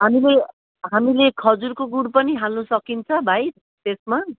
हामीले हामीले खजुरको गुड पनि हाल्नु सकिन्छ भाइ त्यसमा